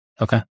Okay